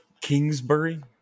Kingsbury